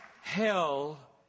hell